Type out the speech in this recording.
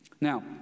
Now